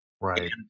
Right